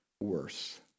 worse